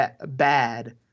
bad